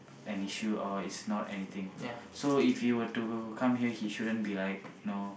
an issue or is not anything so if he were to come here he shouldn't be like you know